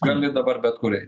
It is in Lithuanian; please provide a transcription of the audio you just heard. gali dabar bet kur eit